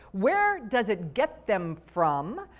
where does it get them from?